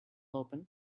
open